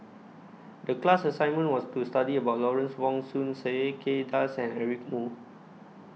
The class assignment was to study about Lawrence Wong Shyun Tsai Kay Das and Eric Moo